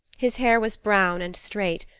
his hair was brown and straight,